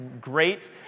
great